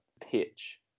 pitch